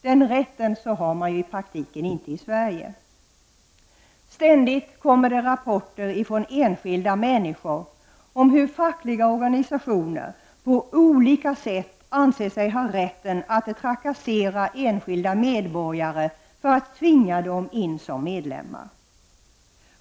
Den rätten har man i praktiken inte i Sverige. Ständigt kommer det rapporter från enskilda människor om hur fackliga organisationer på olika sätt anser sig ha rätt att trakassera enskilda medborgare för att tvinga in dem som medlemmar.